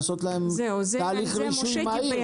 לעשות להם תהליך רישום מהיר.